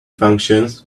functions